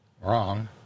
wrong